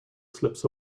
slips